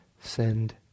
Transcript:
send